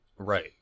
Right